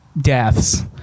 deaths